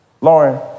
Lauren